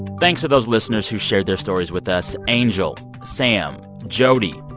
thanks to those listeners who shared their stories with us. angel, sam, jody,